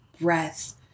breath